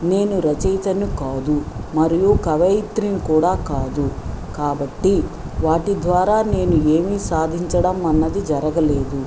నేను రచయితను కాదు మరియు కవయిత్రిని కూడా కాదు కాబట్టి వాటి ద్వారా నేను ఏమి సాధించడం అన్నది జరగలేదు